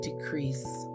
decrease